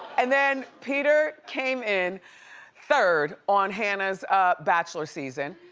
and then peter came in third on hanna's bachelor season,